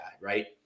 Right